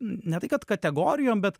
ne tai kad kategorijom bet